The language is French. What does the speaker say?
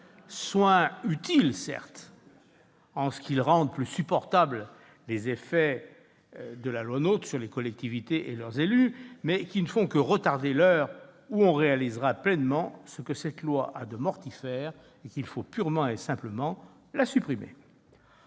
sont utiles, en ce qu'ils rendent plus supportables les effets de ladite loi sur les collectivités et leurs élus, mais ils ne font que retarder l'heure où l'on réalisera pleinement ce que cette loi a de mortifère et où l'on prendra conscience qu'il faut purement et simplement la supprimer.